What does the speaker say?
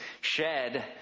shed